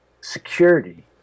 security